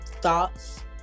thoughts